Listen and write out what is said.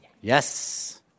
Yes